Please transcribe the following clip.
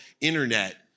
Internet